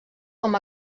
com